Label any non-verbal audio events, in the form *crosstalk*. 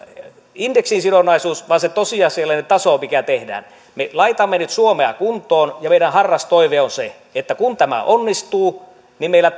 indeksisidonnaisuus vaan se tosiasiallinen taso mikä tehdään me laitamme nyt suomea kuntoon ja meidän harras toiveemme on se että kun tämä onnistuu niin meillä *unintelligible*